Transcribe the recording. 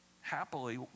happily